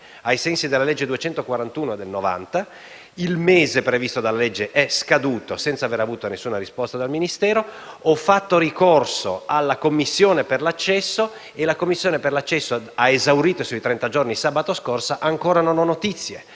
ai sensi della legge n. 241 del 1990. Il mese previsto dalla legge è scaduto senza aver avuto nessuna risposta; ho fatto pertanto ricorso alla commissione per l'accesso. La commissione per l'accesso ha esaurito i suoi trenta giorni sabato scorso ma io ancora non ho notizie.